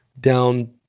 down